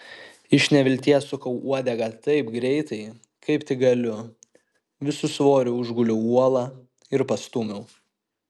iš nevilties sukau uodegą taip greitai kaip tik galiu visu svoriu užguliau uolą ir pastūmiau